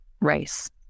race